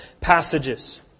passages